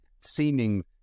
seeming